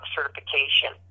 Certification